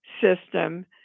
system